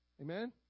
amen